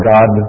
God